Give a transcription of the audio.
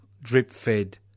drip-fed